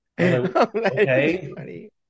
Okay